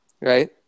right